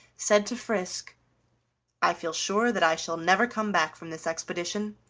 said to frisk i feel sure that i shall never come back from this expedition